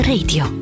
Radio